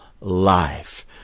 life